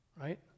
right